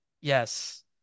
Yes